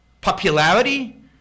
Popularity